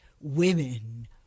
women